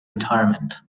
retirement